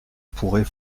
pourrait